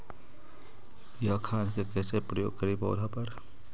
Urea खाद के कैसे प्रयोग करि पौधा पर?